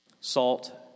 Salt